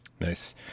Nice